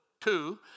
two